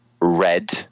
red